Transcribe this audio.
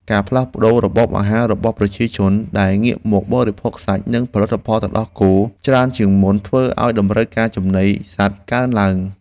ការផ្លាស់ប្តូររបបអាហាររបស់ប្រជាជនដែលងាកមកបរិភោគសាច់ និងផលិតផលទឹកដោះគោច្រើនជាងមុនធ្វើឱ្យតម្រូវការចំណីសត្វកើនឡើង។